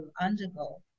undergo